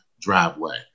driveway